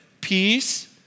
peace